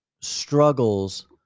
struggles